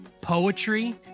poetry